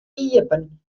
iepen